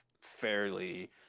fairly